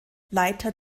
leiter